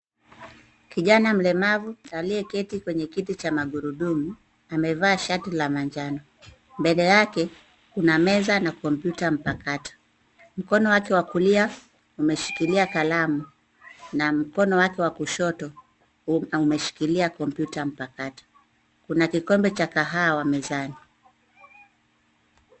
Kijana mlemavu aliyeketi kwenye kiti cha magurudumu amevaa shati la manjano. Mbele yake kuna meza na kompyuta mpakato. Mkono wake wa kulia umeshikilia kalamu na mkono wake wa kushoto umeshikilia kompyuta mpakato. Kuna kikombe cha kahawa mezani.